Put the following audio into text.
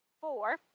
Four